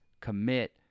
commit